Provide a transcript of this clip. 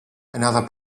another